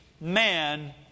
man